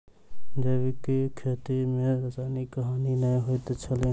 जैविक खेती में रासायनिक हानि नै होइत अछि